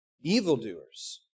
evildoers